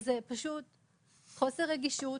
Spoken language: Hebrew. זה חוסר רגישות,